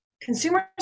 consumers